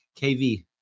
KV